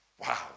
wow